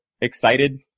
excited